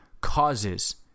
causes